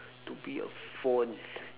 to be a phone